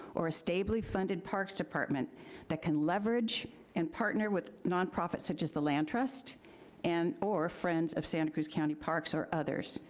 or a stably-funded parks department that can leverage and partner with nonprofits, such as the land trust and or friends of santa cruz county parks, or others.